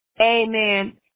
Amen